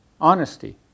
honesty